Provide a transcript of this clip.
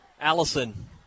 Allison